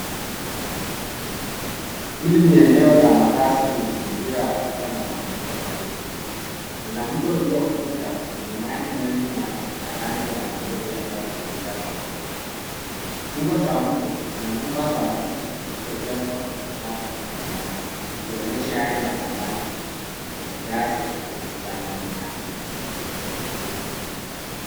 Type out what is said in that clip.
Hili ni eneo la makasi duni liliyo athirika na mafuriko makubwa Kuna mto uliofurika yenye maji mengi na ya rangi ya matope yanayotiririka Kwa kasi, kingo za mto Kuna nyumba za muda zilizochengwa kwa vifaa mbalimbali zikionyesha hali ya makasi duni na bidhaa ziko karibu sana na maji haya